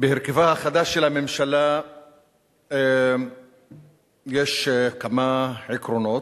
בהרכבה החדש של הממשלה יש כמה עקרונות.